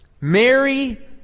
Mary